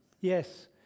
Yes